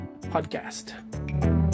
podcast